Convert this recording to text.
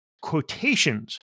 quotations